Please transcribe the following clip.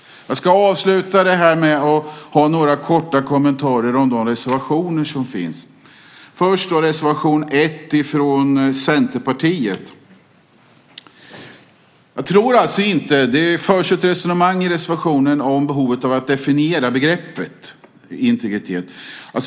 Jag ska avsluta med några korta kommentarer om de reservationer som finns. Först gäller det reservation 1 från Centerpartiet. I reservationen förs ett resonemang om behovet av att definiera begreppet integritet.